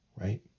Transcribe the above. right